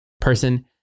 person